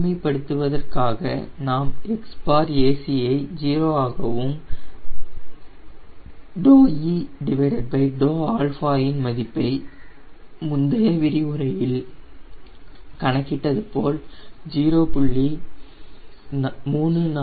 எளிமைபடுத்துவதற்காக நாம் Xac ஐ 0 ஆகவும் இன் மதிப்பை நாம் முந்தைய விரிவுரையில் கணக்கிட்டது போல் 0